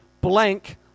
blank